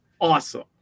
Awesome